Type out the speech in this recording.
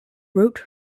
wrote